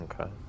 Okay